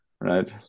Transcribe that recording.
right